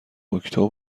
اکتبر